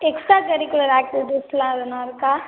extra curricular ஆக்ட்டிவிட்டிஸ்லாம் எதனா இருக்கா